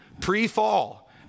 Pre-fall